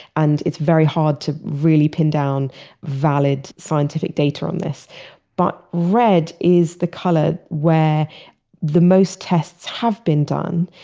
and it's very hard to really pin down valid scientific data on this but red is the color where the most tests have been done.